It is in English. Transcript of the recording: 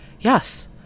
yes